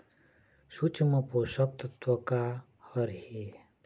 सूक्ष्म पोषक तत्व का हर हे?